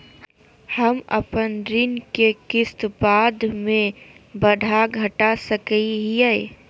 हम अपन ऋण के किस्त बाद में बढ़ा घटा सकई हियइ?